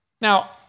Now